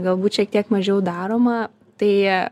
galbūt šiek tiek mažiau daroma tai